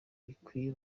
gikwiye